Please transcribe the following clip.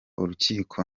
urukiko